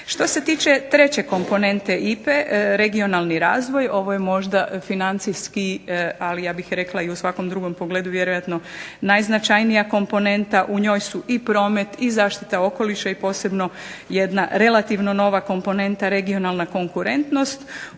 Što se tiče treće komponente IPA-e regionalni razvoj, ovo je možda financijski ali ja bih rekla i u svakom drugom pogledu vjerojatno najznačajnija komponenta. U njoj su promet i zaštita okoliša i posebno jedna relativno nova komponenta regionalna konkurentnost